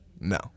No